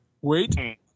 Wait